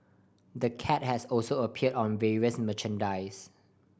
the cat has also appeared on various merchandise